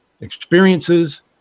experiences